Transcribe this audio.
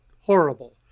horrible